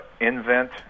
Invent